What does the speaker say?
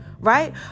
right